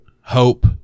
Hope